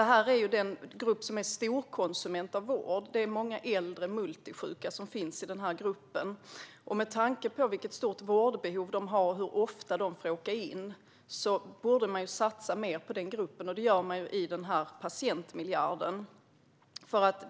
Patienterna i den sistnämnda gruppen är storkonsumenter av vård. I denna grupp finns många äldre och multisjuka. Med tanke på vilket stort vårdbehov de har och hur ofta de får åka in för vård borde man satsa mer på den gruppen, vilket sker i och med patientmiljarden.